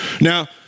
Now